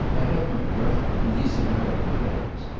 i have my brother and these american friends.